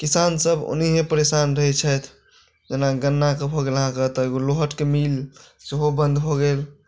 किसानसभ ओनाहिए परेशान रहैत छथि जेना गन्नाके भऽ गेल अहाँकेँ एतय एगो लोहटके मिल सेहो बन्द भऽ गेल